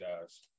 guys